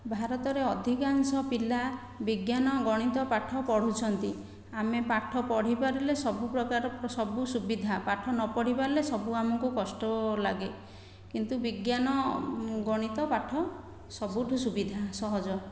ଭାରତରେ ଅଧିକାଂଶ ପିଲା ବିଜ୍ଞାନ ଗଣିତ ପାଠ ପଢ଼ୁଛନ୍ତି ଆମେ ପାଠ ପଢ଼ି ପାରିଲେ ସବୁ ପ୍ରକାର ସବୁ ସୁବିଧା ପାଠ ନ ପଢ଼ି ପାରିଲେ ସବୁ ଆମକୁ କଷ୍ଟ ଲାଗେ କିନ୍ତୁ ବିଜ୍ଞାନ ଗଣିତ ପାଠ ସବୁଠାରୁ ସୁବିଧା ସହଜ